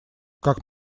как